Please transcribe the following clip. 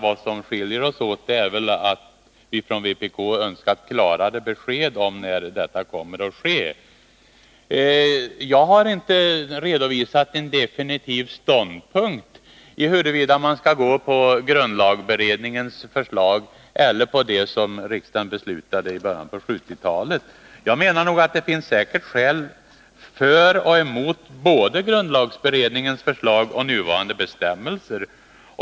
Vad som skiljer oss åt är att vpk önskat klarare besked om när denna översyn kommer att ske. Jag har inte redovisat en definitiv ståndpunkt huruvida man skall gå på grundlagberedningens förslag eller på det riksdagen beslutade i början på 1970-talet. Det finns säkert skäl för och emot både grundlagberedningens förslag och nu gällande bestämmelser.